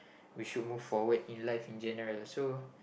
we should move forward in life in general so